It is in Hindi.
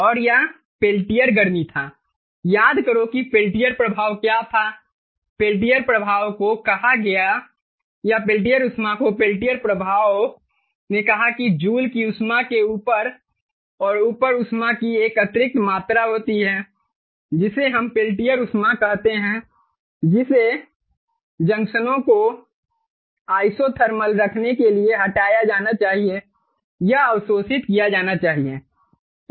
और यह पेल्टियर गर्मी था याद करो कि पेल्टियर प्रभाव क्या था पेल्टियर प्रभाव को कहा गया या पेल्टियर ऊष्मा को पेल्टियर प्रभाव ने कहा कि जूल की ऊष्मा के ऊपर और ऊपर ऊष्मा की एक अतिरिक्त मात्रा होती है जिसे हम पेल्टियर ऊष्मा कहते हैं जिसे जंक्शनों को आइसोथर्मल रखने के लिए हटाया जाना चाहिए या अवशोषित किया जाना चाहिए